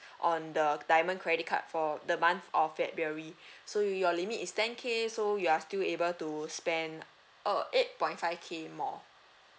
on the diamond credit card for the month of february so your limit is ten K so you are still able to spend uh eight point five K more